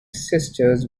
sisters